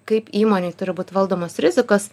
kaip įmonėj turi būt valdomos rizikos